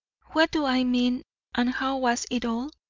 what do i mean and how was it all?